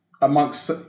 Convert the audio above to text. amongst